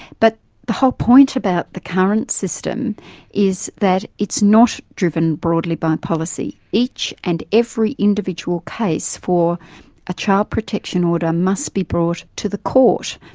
but the whole point about the current system is that it's not driven broadly by policy each and every individual case for a child protection order must be brought to the court,